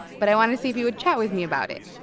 but i want to see if you would chat with me about it